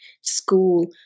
school